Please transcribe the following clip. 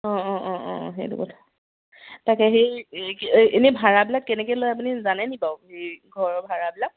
অঁ অঁ অঁ অঁ সেইটো কথা তাকে সেই এনেই ভাড়াবিলাক কেনেকৈ লয় আপুনি জানে নি বাৰু এই ঘৰৰ ভাড়াবিলাক